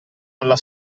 alla